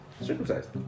circumcised